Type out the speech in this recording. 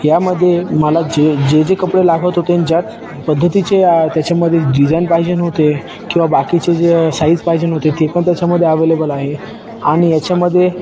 यामध्ये मला जे जे जे कपडे लागत होते अन ज्यात पद्धतीचे त्याच्यामध्ये डिझाईन पाहिजेन होते किंवा बाकीचे जे साईज पाहिजेन होते ते पण त्याच्यामध्ये अवेलेबल आहे आणि याच्यामध्ये